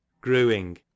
Growing